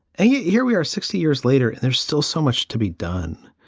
and yet here we are sixty years later, and there's still so much to be done.